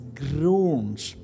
groans